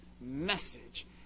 message